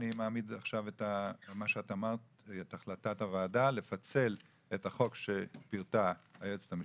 אני מעמיד עכשיו את החלטת הוועדה לפצל את החוק שפירטה היועצת המשפטית,